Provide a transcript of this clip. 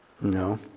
No